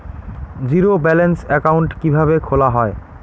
Zero balance account কিভাবে খোলা হয়?